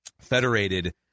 Federated